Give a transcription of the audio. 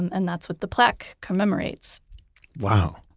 and that's what the plaque commemorates wow.